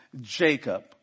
Jacob